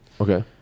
Okay